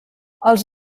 els